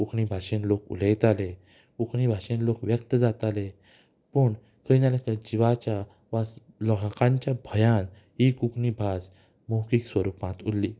कोंकणी भाशेंत लोक उलयताले कोंकणी भाशेंत लोक व्यक्त जाताले पूण खंय ना जाल्यार खंय जिवाच्या वा लोकांच्या भयान ही कोंकणी भास मौखीक स्वरुपांत उरली